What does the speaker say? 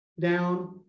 down